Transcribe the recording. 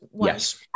yes